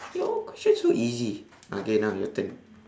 your all question so easy ah okay now your turn